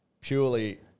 purely